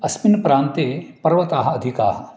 अस्मिन् प्रान्ते पर्वताः अधिकाः